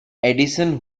edison